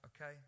Okay